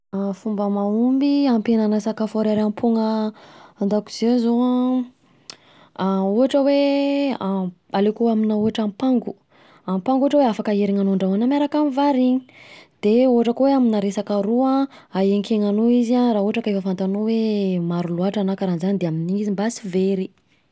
Fomba mahomby hampihenana sakafo ariariam-poagna an-dakozia zao an, ohatra hoe:alaiko aminà ohatra ampango, ampango ohatra hoe afaka aherina anao andrahoina miaraka amin'ny vary iny, de ohatra koa hoe aminà resaka ro an, ahenkegnanao izy a, raha ohatra ka efa fantanao hoe maro loatra na karanzany de amin'iny izy mba sy very.